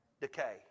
decay